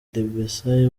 debesay